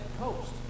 coast